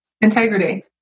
Integrity